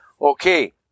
Okay